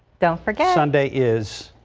don't forget sunday is.